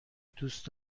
دوست